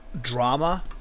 Drama